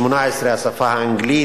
18 בשפה האנגלית,